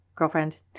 girlfriend